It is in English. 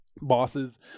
bosses